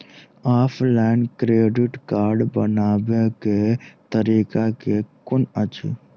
Offline credit card बनाबै केँ तरीका केँ कुन अछि?